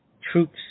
troops